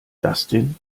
dustin